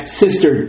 sister